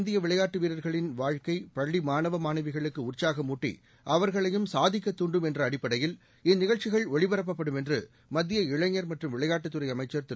இந்திய விளையாட்டு வீரர்களின் வாழக்கை பள்ளி மாணவ மாணவிகளுக்கு உற்சாகமூட்டி அவர்களையும் சாதிக்கத்தாண்டும் என்ற அடிப்படையில் இந்நிகழ்ச்சிகள் ஒளிபரப்பப்படும் என்று மத்திய இளைஞர் மற்றும் விளையாட்டுத் துறை அமைச்சர் திரு